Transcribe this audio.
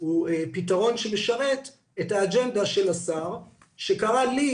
הוא פתרון שמשרת את האג'נדה של השר שקרא לי,